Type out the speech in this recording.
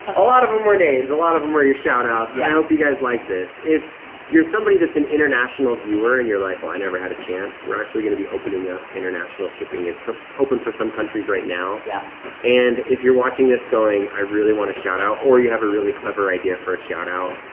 a lot of them were names, a lot of them were your shout-outs. and i hope you guys like this. if you're somebody that's an international viewer and you're like, oh, i never had a chance, we're actually gonna be opening up international shipping. it's open for some countries right now. yeah and if you're watching this going, i really want a shout-out, or you have a really clever idea for a shout-out,